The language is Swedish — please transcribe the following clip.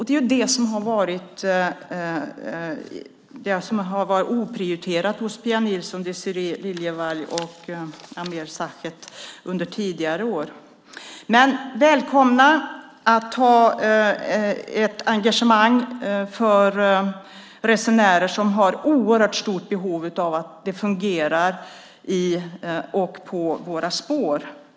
Det är ju det som har varit oprioriterat hos Pia Nilsson, Désirée Liljevall och Ameer Sachet under tidigare år. Men välkomna att ha ett engagemang för resenärer som har ett oerhört stort behov av att det fungerar på våra spår!